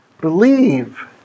Believe